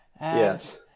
Yes